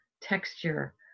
texture